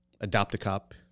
Adopt-A-Cop